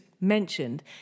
mentioned